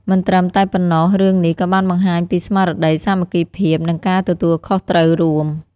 មិនត្រឹមតែប៉ុណ្ណោះរឿងនេះក៏បានបង្ហាញពីរស្មារតីសាមគ្គីភាព និងការទទួលខុសត្រូវរួម។